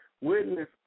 witness